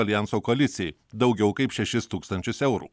aljanso koalicijai daugiau kaip šešis tūkstančius eurų